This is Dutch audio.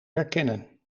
herkennen